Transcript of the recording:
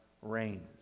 reigns